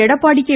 Edappadi K